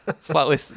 slightly